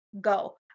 Go